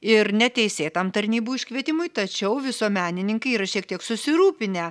ir neteisėtam tarnybų iškvietimui tačiau visuomenininkai yra šiek tiek susirūpinę